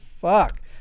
fuck